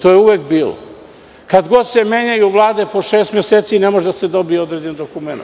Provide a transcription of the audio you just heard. To je uvek bilo. Kad god se menjaju Vlade, po šest meseci ne može da se dobije određeni dokument.